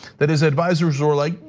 that his advisers are like,